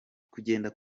kure